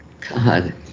God